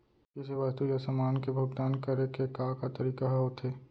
किसी वस्तु या समान के भुगतान करे के का का तरीका ह होथे?